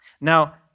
Now